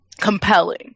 compelling